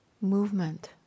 movement